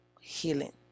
healing